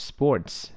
Sports